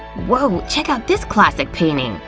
woah! check out this classic painting!